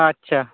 ᱟᱪᱪᱷᱟ